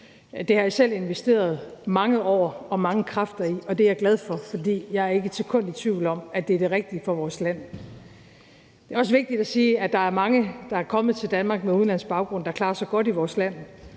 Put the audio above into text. Det har jeg selv investeret mange år og mange kræfter i, og det er jeg glad for, for jeg er ikke et sekund i tvivl om, at det er det rigtige for vores land. Det er også vigtigt at sige, at der er mange med udenlandsk baggrund, der er kommet til Danmark, som klarer sig godt i vores land,